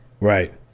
Right